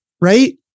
right